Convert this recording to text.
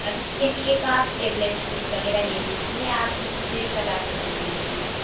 अभी के लिए तो आप टेबलेट वगैरह ले लीजिए आप मुझसे कल आकर मिल लीजिएगा